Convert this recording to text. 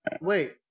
Wait